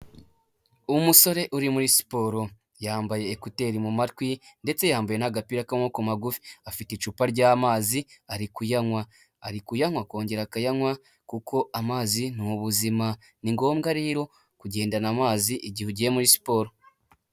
Umusore uri muri siporo yambaye ekuteri mu matwi ndetse yambaye n'agapira k'amaboko magufi; afite icupa ry'amazi ari kuyanywa. Ari kuyanywa akongera akayanywa kuko amazi ni ubuzima; ni ngombwa rero kugendana amazi igihe ugiye muri siporo.